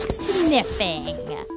sniffing